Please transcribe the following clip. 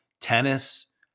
tennis